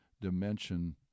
dimension